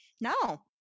no